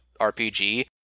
RPG